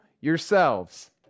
yourselves